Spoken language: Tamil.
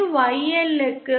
இது YL க்கு